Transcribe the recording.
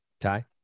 Ty